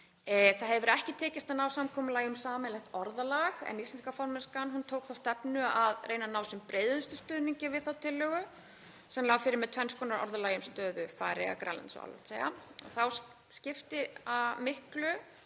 Ekki hefur tekist að ná samkomulagi um sameiginlegt orðalag en íslenska formennskan tók þá stefnu að reyna að ná sem breiðustum stuðningi við þá tillögu sem lá fyrir með tvenns konar orðalagi um stöðu Færeyja, Grænlands og Álandseyja. Þar skipti miklu